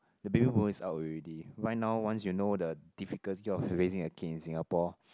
the baby boomer is out already right now once you know the difficulty of raising a kid in Singapore